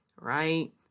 right